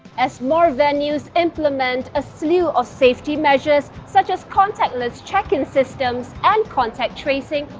as more venues implement a slew of safety measures such as contactless check-in systems and contact tracing,